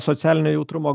socialinio jautrumo